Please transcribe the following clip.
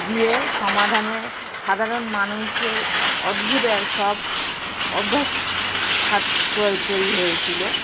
গিয়ে সমাধানে সাধারণ মানুষের অদ্ভূত সব অভ্যাস সাথে তৈরি হয়েছিল